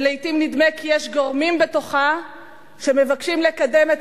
ולעתים נדמה כי יש גורמים בתוכה שמבקשים לקדם את